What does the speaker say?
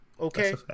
Okay